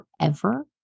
forever